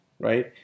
right